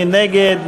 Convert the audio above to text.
מי נגד?